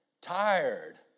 tired